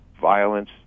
violence